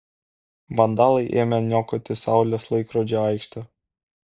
vandalai ėmė niokoti saulės laikrodžio aikštę